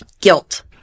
Guilt